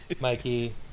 Mikey